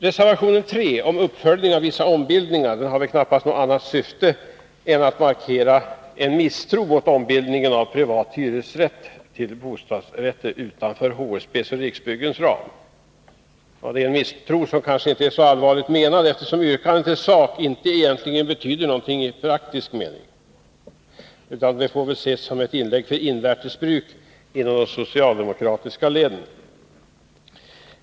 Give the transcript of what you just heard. Reservation 3 om uppföljning av vissa ombildningar har väl knappast något annat syfte än att markera en misstro mot ombildningen av privat hyresrätt till bostadsrätter utanför HSB:s och Riksbyggens ram — en misstro som kanske inte är så allvarligt menad, eftersom yrkandet i sak inte egentligen betyder någonting praktiskt. Det får väl ses som ett inlägg för invärtes bruk inom de socialdemokratiska leden.